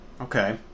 Okay